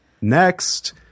next